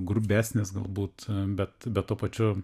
grubesnis galbūt bet bet tuo pačiu